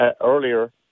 earlier